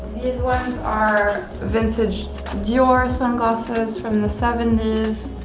these ones are vintage dior sunglasses from the seventies.